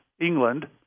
England